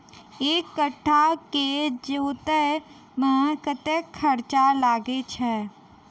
एक कट्ठा केँ जोतय मे कतेक खर्चा लागै छै?